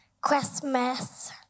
Christmas